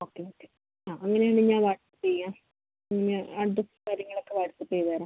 okay okay ആ അങ്ങനെ ആണെങ്കിൽ ഞാൻ വാട്ട്സ്ആപ്പ് ചെയ്യാം പിന്നെ അഡ്രസ്സ് കാര്യങ്ങൾ ഒക്കെ വാട്ട്സ്ആപ്പ് ചെയ്തുതരാം